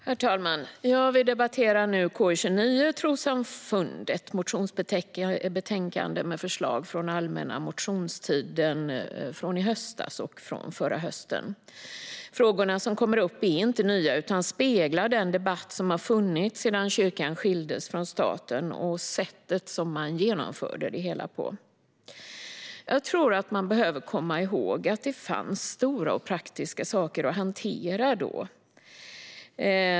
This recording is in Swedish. Herr talman! Ja, vi debatterar nu KU29 Trossamfund och begravningsfrågor , ett motionsbetänkande med förslag från allmänna motionstiden i höstas och hösten 2016. Frågorna som kommer upp är inte nya utan speglar den debatt som har funnits sedan kyrkan skildes från staten och sättet som man genomförde det hela på. Jag tror att man behöver komma ihåg att det fanns stora och praktiska saker att hantera då.